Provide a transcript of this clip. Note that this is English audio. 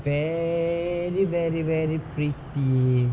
very very very pretty